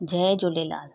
Jay Jhulelal